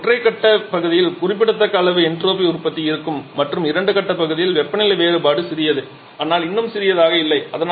இங்கே ஒற்றை கட்டப் பகுதியில் குறிப்பிடத்தக்க அளவு என்ட்ரோபி உற்பத்தி இருக்கும் மற்றும் இரண்டு கட்டப் பகுதியில் வெப்பநிலை வேறுபாடு சிறியது ஆனால் இன்னும் சிறியதாக இல்லை